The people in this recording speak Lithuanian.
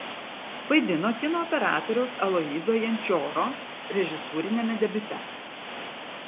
vaidino kino operatoriaus aloyzo jančioro režisūriniame debiute